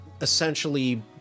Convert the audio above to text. essentially